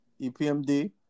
EPMD